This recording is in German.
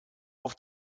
auf